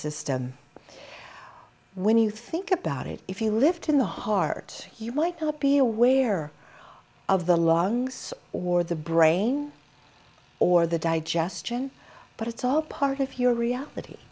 system when you think about it if you lived in the heart you might be aware of the longs or the brain or the digestion but it's all part of your reality